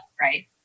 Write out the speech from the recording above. Right